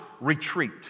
retreat